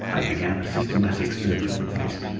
i began a systematic search of the place.